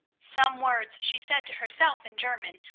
some words she said to herself in german,